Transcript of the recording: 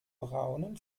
braunen